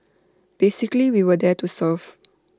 basically we were there to serve